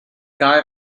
guy